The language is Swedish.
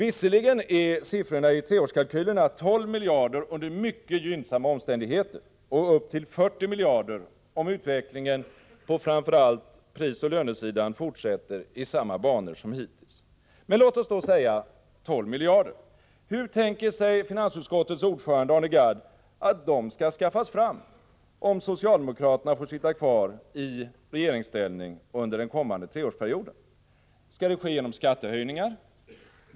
Visserligen är siffrorna i treårskalkylerna 12 miljarder under mycket gynnsamma omständigheter och upp till 40 miljarder, om utvecklingen på framför allt prisoch lönesidan fortsätter i samma banor som hittills. Men låt oss säga 12 miljarder. Hur tänker sig finansutskottets ordförande Arne Gadd att dessa skall skaffas fram, om socialdemokraterna får sitta kvar i regeringsställning under den kommande treårsperioden? Skall det ske genom skattehöjningar?